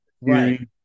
right